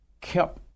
kept